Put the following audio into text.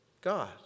God